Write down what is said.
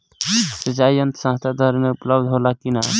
सिंचाई यंत्र सस्ता दर में उपलब्ध होला कि न?